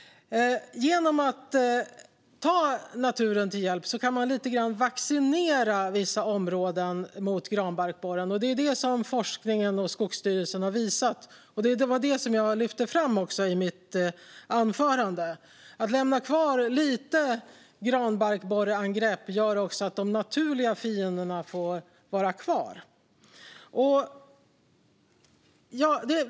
Genom att ta naturen till hjälp kan man lite grann vaccinera vissa områden mot granbarkborren, och det är det som forskningen och Skogsstyrelsen har visat. Det var också detta jag lyfte fram i mitt anförande. Om man lämnar kvar lite granbarkborreangrepp leder det också till att de naturliga fienderna får vara kvar.